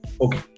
okay